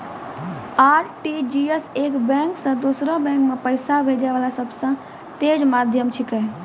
RTGS एक bank से दोसरो बैंक मे पैसा भेजै वाला सबसे तेज माध्यम छिकै